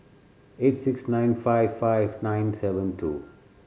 eight six nine five five nine seven two